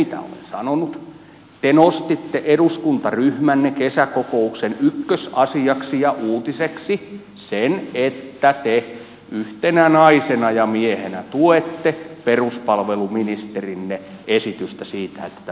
te nostitte eduskuntaryhmänne kesäkokouksen ykkösasiaksi ja uutiseksi sen että te yhtenä naisena ja miehenä tuette peruspalveluministerinne esitystä siitä että tämä hoitajamitoitus tulee lakiin